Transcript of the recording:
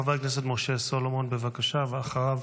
חבר הכנסת משה סולומון, בבקשה, ואחריו,